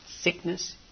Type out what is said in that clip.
sickness